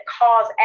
cause